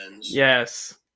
Yes